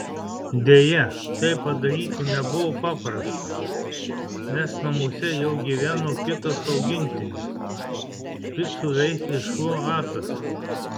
deja tai padaryti nebuvo paprasta nes namuose jau gyveno kitas augintinis špicų veislės šuo atas